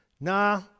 Nah